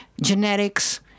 genetics